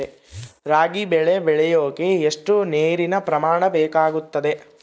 ರಾಗಿ ಬೆಳೆ ಬೆಳೆಯೋಕೆ ಎಷ್ಟು ನೇರಿನ ಪ್ರಮಾಣ ಬೇಕಾಗುತ್ತದೆ?